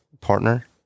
partner